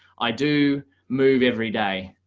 i do move every day.